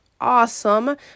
awesome